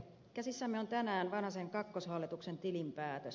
käsissämme on tänään vanhasen kakkoshallituksen tilinpäätös